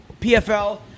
PFL